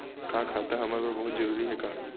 का खाता हमर बर बहुत जरूरी हे का?